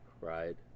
right